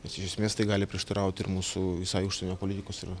nes iš esmės tai gali prieštaraut ir mūsų visai užsienio politikos ir